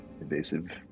invasive